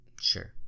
Sure